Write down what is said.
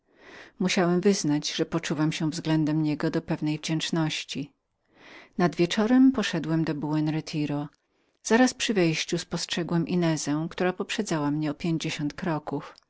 musiałem wyznać że byłem mu winien pewną wdzięczność nad wieczorem poszedłem do buen retiro zaraz przy wchodzie spostrzegłem inezę która poprzedzała mnie o pięćdziesiąt kroków